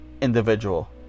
individual